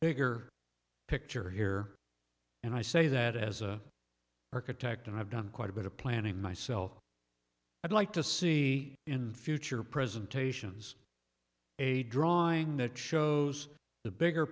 bigger picture here and i say that as a architect and i've done quite a bit of planning myself i'd like to see in the future presentations a drawing that shows the bigger